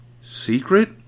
Secret